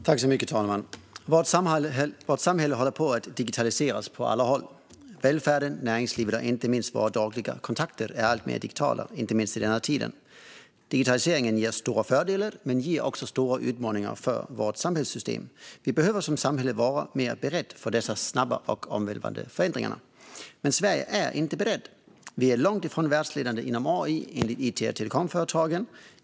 Fru talman! Vårt samhälle håller på att digitaliseras på alla håll. Välfärden, näringslivet och våra dagliga kontakter är alltmer digitala, inte minst i denna tid. Digitaliseringen ger stora fördelar, men den innebär också stora utmaningar för vårt samhällssystem. Vi behöver som samhälle vara mer beredda på dessa snabba och omvälvande förändringar. Men Sverige är inte berett. Vi är långt ifrån världsledande inom AI, enligt it och telekomföretagen.